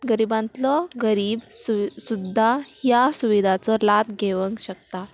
गरिबांतलो गरीब सु सुद्दां ह्या सुविधाचो लाभ घेवंक शकता